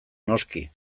noski